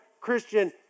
Christian